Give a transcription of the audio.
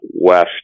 west